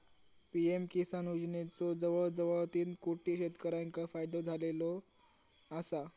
PM Kisan योजनेचो जवळजवळ तीन कोटी शेतकऱ्यांका फायदो झालेलो आसा